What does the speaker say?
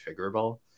configurable